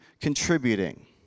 contributing